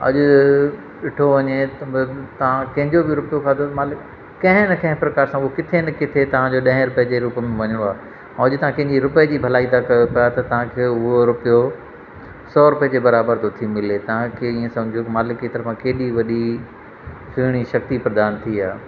अॼु ॾिठो वञे त मतिलबु तव्हां कंहिंजो बि रुपयो खाधो त मालिक कंहिं न कंहिं प्रकार सां उहो किथे न किथे तव्हांजो ॾहें रुपये जे रूप में वञिणो आहे ऐं जे तव्हां कंहिंजी रुपये जी भलाई था कयो पिया त तव्हां खे उहो रुपयो सौ रुपये जे बराबर थो थी मिले तव्हां खे इएं सम्झो मालिक ई तरफ़ां केॾी वॾी सुहिणी शक्ति प्रदान थी आहे